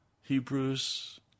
Hebrews